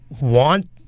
want